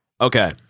Okay